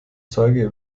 zeuge